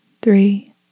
three